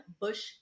Bush